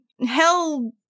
hell